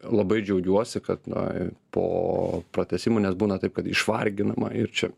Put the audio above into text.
labai džiaugiuosi kad na po pratęsimo nes būna taip kad išvarginama ir čia